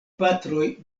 patroj